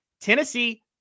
Tennessee